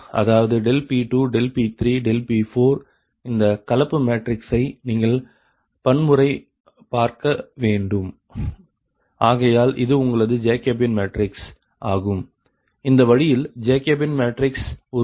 P2 P3 P4 Q3 Q4 P22 P23 P24 P32 P33 P34 P42 P43 P44 Q32 Q33 Q34 Q42 Q43 Q44 P2V2 P2V3 P3V2 P3V3 P4V2 P4V3 Q3V2 Q3V3 Q4V2 Q4V3 2 3 4 V2 V3 0 ஆகையால் இது உங்களது Jacobian matrix ஆகும் இந்த வழியில் Jacobian matrix உருவாகும்